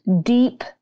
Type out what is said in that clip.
deep